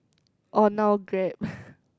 on our Grab